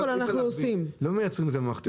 זה מוצר מיובא,